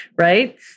Right